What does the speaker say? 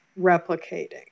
replicating